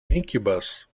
incubus